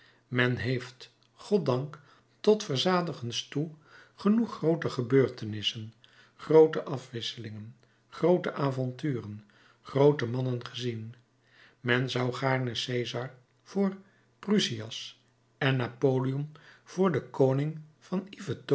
men heeft god dank tot verzadigens toe genoeg groote gebeurtenissen groote afwisselingen groote avonturen groote mannen gezien men zou gaarne cesar voor prusias en napoleon voor den koning van